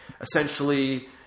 essentially